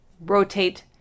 rotate